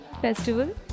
festival